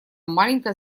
маленькая